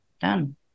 done